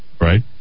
right